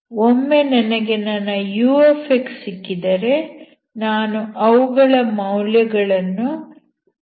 ಒಮ್ಮೆ ನನಗೆ ನನ್ನ u ಸಿಕ್ಕಿದರೆ ನಾನು ಅವುಗಳ ಮೌಲ್ಯಗಳನ್ನು yxux